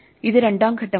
ഇത് രണ്ടാം ഘട്ടമാണ്